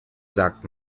sagt